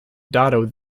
dado